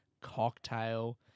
cocktail